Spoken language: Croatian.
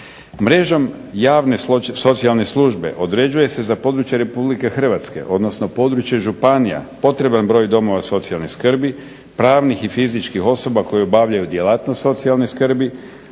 Mrežom javne socijalne službe određuje se za područje Republike Hrvatske, odnosno područje županija potreban broj domova socijalne skrbi, pravnih i fizičkih osoba koje obavljaju djelatnost socijalne skrbi,